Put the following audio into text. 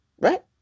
right